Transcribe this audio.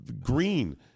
green